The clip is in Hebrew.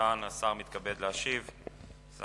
אם